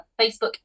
facebook